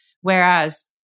Whereas